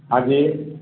હા જી